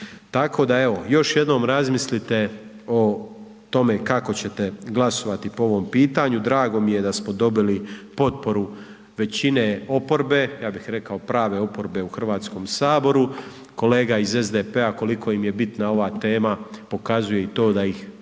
Tako da evo, još jednom razmislite o tome kako ćete glasovati po ovom pitanju, drago mi je da smo dobili potporu većine oporbe, ja bih rekao prave oporbe u Hrvatskom saboru, kolega iz SDP-a koliko im je bitna ova tema pokazuje i to da ih danas